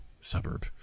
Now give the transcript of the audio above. suburb